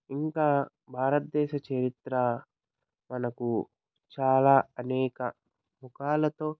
ఇంకా భారతదేశ చరిత్ర మనకు చాలా అనేక ముఖాలతో